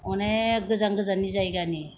अनेख गोजान गोजाननि जायगानि